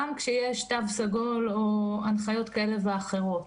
כשיש תו סגול או הנחיות כאלה ואחרות.